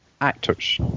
actors